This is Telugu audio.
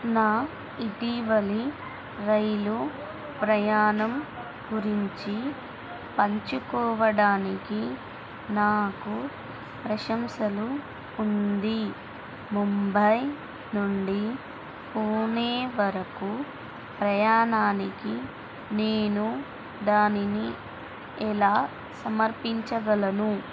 నా ఇటీవలి రైలు ప్రయాణం గురించి పంచుకోవడానికి నాకు ప్రశంసలు ఉంది ముంబై నుండి పూణే వరకు ప్రయాణానికి నేను దానిని ఎలా సమర్పించగలను